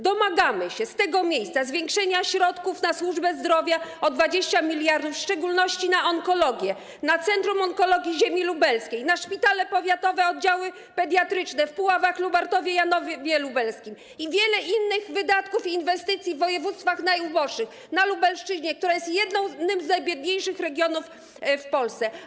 Domagamy się z tego z miejsca zwiększenia środków na służbę zdrowia o 20 mld, w szczególności na onkologię, Centrum Onkologii Ziemi Lubelskiej, szpitale powiatowe, oddziały pediatryczne w Puławach, Lubartowie, Janowie Lubelskim i na pokrycie wielu innych wydatków i kosztów inwestycji w województwach najuboższych na Lubelszczyźnie, która jest jednym z najbiedniejszych regionów w Polsce.